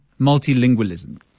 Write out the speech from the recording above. multilingualism